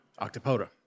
Octopoda